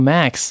Max